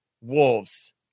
wolves